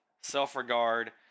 self-regard